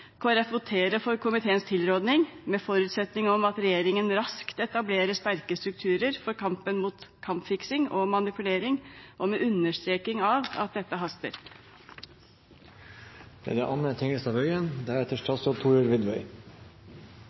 for komiteens tilråding, med den forutsetning at regjeringen raskt etablerer sterke strukturer for kampen mot kampfiksing og manipulering, med understreking av at dette haster.